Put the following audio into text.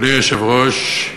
אדוני היושב-ראש,